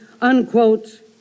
unquote